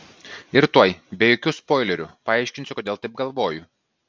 ir tuoj be jokių spoilerių paaiškinsiu kodėl taip galvoju